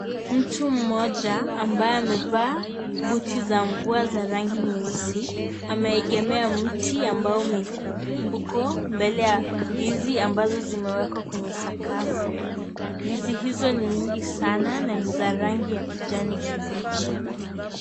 Mtu mmoja ambaye amevaa buti za mvua za rangi nyeusi ameegemea mti ambao uko mbele ya ndizi ambazo zimewekwa kwenye sakafu ndizi hizo ni nyingi sana na ni za rangi ya kijani kibichi.